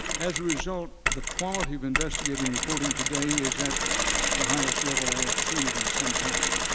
as a result, the quality of investigative reporting today is at the highest level i have seen it in some time.